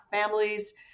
families